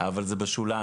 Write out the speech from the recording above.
אבל זה בשוליים,